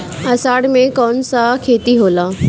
अषाढ़ मे कौन सा खेती होला?